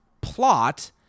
plot